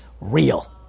real